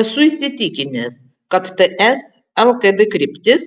esu įsitikinęs kad ts lkd kryptis